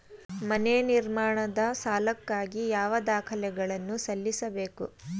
ಮನೆ ನಿರ್ಮಾಣದ ಸಾಲಕ್ಕಾಗಿ ಯಾವ ದಾಖಲೆಗಳನ್ನು ಸಲ್ಲಿಸಬೇಕು?